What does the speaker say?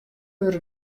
wurde